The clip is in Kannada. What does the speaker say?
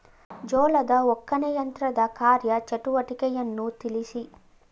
ಜೋಳದ ಒಕ್ಕಣೆ ಯಂತ್ರದ ಕಾರ್ಯ ಚಟುವಟಿಕೆಯನ್ನು ತಿಳಿಸಿ?